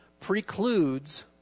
precludes